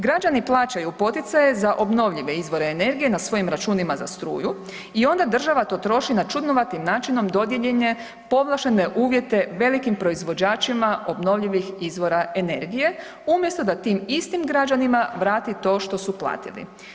Građani plaćaju poticaje za obnovljive izvore energije na svojim računima za struju i onda država to troši na čudnovatim načinom dodijeljene povlaštene uvjete velikim proizvođačima obnovljivih izvora energije umjesto da tim istim građanima vrati to što su platili.